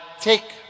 take